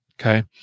okay